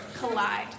collide